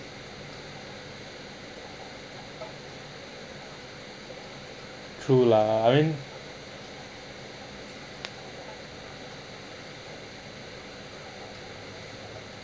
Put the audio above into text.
true lah I mean